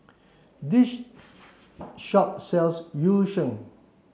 this shop sells Yu Sheng